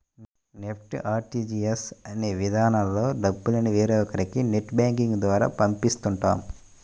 NEFT, RTGS అనే విధానాల్లో డబ్బుల్ని వేరొకరికి నెట్ బ్యాంకింగ్ ద్వారా పంపిస్తుంటాం